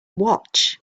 watch